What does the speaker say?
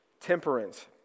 Temperance